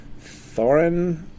Thorin